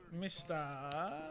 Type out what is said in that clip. Mr